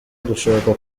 dushaka